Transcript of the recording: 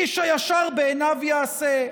איש הישר בעיניו יעשה.